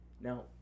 Now